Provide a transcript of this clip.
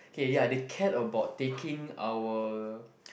ya they cared about taking our